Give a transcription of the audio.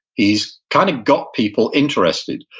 he's kind of got people interested.